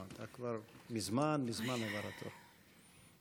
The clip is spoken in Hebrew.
בבקשה, גברתי.